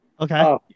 Okay